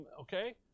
okay